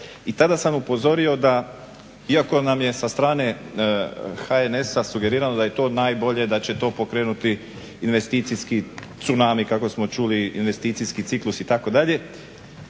i tada sam upozorio da iako nam je sa strane HNS-a sugerirano da je to najbolje, da će to pokrenuti investicijski tsunami kako smo čuli, investicijski ciklus itd.